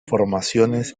formaciones